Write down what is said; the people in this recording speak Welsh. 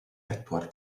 bedwar